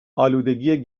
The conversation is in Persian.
آلودگی